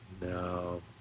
No